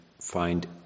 find